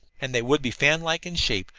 and they would be fan-like in shape,